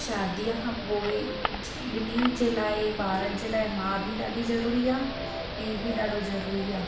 शादीअ खां पोइ ॿिनी जे लाइ ॿारनि जे लाइ माउ बि ॾाढी ज़रूरी आहे पीउ बि ॾाढो ज़रूरी आ्हे